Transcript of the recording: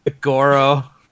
Goro